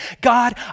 God